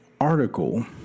article